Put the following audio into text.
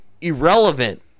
irrelevant